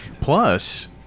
Plus